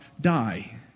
die